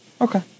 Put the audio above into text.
Okay